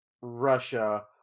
Russia